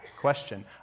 question